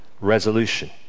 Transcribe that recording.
resolution